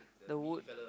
the wood